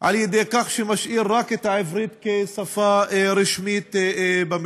על ידי כך שהוא משאיר רק את העברית כשפה רשמית במדינה.